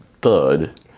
thud